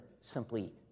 simply